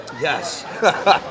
Yes